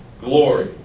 glory